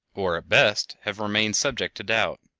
or at best have remained subject to doubt.